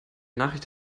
nachricht